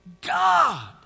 God